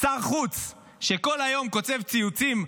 שר חוץ שכל היום כותב ציוצים,